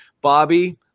Bobby